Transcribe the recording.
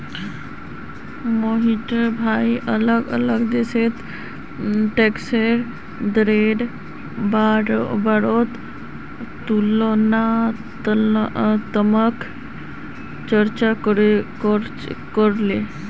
मोहिटर भाई अलग अलग देशोत टैक्सेर दरेर बारेत तुलनात्मक चर्चा करले